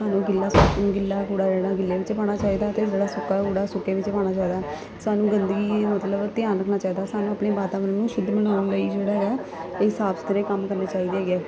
ਸਾਨੂੰ ਗਿੱਲਾ ਸੁ ਗਿੱਲਾ ਕੂੜਾ ਜਿਹੜਾ ਗਿੱਲੇ ਵਿੱਚ ਪਾਉਣਾ ਚਾਹੀਦਾ ਅਤੇ ਜਿਹੜਾ ਸੁੱਕਾ ਕੂੜਾ ਸੁੱਕੇ ਵੀ ਪਾਉਣਾ ਚਾਹੀਦਾ ਸਾਨੂੰ ਗੰਦਗੀ ਮਤਲਬ ਧਿਆਨ ਦੇਣਾ ਰੱਖਣਾ ਚਾਹੀਦਾ ਸਾਨੂੰ ਆਪਣੇ ਵਾਤਾਵਰਣ ਨੂੰ ਸ਼ੁੱਧ ਬਣਾਉਣ ਲਈ ਜਿਹੜਾ ਆ ਇਹ ਸਾਫ਼ ਸੁਥਰੇ ਕੰਮ ਕਰਨੇ ਚਾਹੀਦੇ ਹੈਗੇ ਆ